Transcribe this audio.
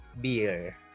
Beer